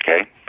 okay